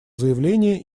заявление